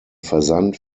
versand